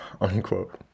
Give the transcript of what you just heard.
unquote